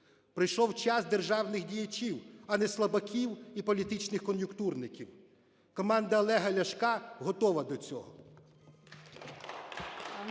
Прийшов час державних діячів, а не слабаків і політичних кон'юнктурників. Команда Олега Ляшка готова до цього.